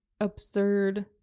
absurd